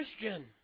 Christian